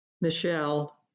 Michelle